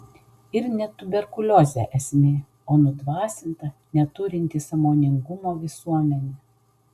ir ne tuberkuliozė esmė o nudvasinta neturinti sąmoningumo visuomenė